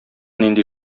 нинди